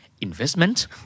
investment